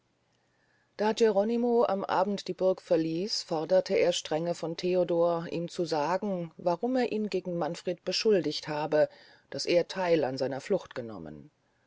da geronimo am abend die burg verließ forderte er strenge von theodor ihm zu sagen warum er ihn gegen manfred beschuldigt habe daß er theil an seiner flucht genommen